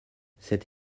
cette